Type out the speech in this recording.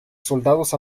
soldados